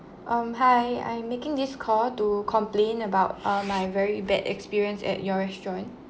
um hi I'm making this call to complain about uh my very bad experience at your restaurant